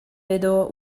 vedo